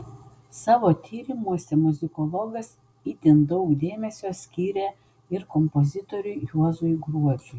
savo tyrimuose muzikologas itin daug dėmesio skyrė ir kompozitoriui juozui gruodžiui